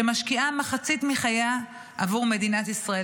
שמשקיעה מחצית מחייה עבור מדינת ישראל.